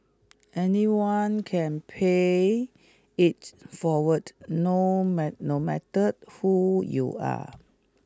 anyone can pay it forward no no matter who you are